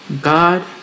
God